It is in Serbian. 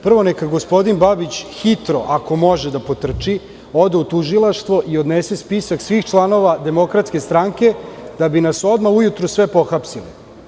Prvo, neka gospodin Babić hitno, ako može da potrči, ode u tužilaštvo i odnose spisak svih članova DS da bi nas odmah ujutru sve pohapsili.